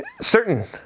certain